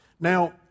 Now